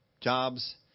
jobs